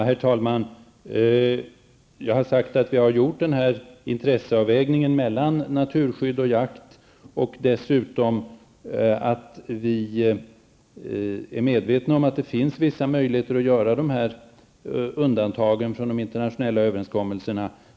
Herr talman! Jag har sagt att vi har gjort den här intresseavvägningen mellan naturskydd och jakt och dessutom att vi är medvetna om att det finns vissa möjligheter att göra undantag från internationella överenskommelser.